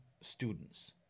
students